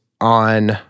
on